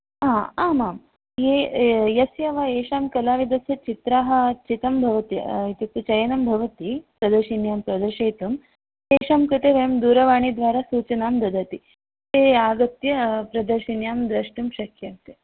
हा आमाम् ये ये यस्य वा येषां कलाविदस्य चित्राः चितं भवति इत्युक्ते चयनं भवति प्रदरशिन्यां प्रदर्शयितुं तेषां कृते वयं दूरवाणीद्वारा सूचनां ददति ते आगत्य प्रदर्शिन्यां द्रष्टुं शक्यन्ते